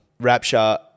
Rapture